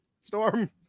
storm